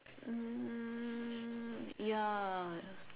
um ya